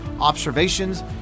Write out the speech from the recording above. observations